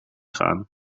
gaan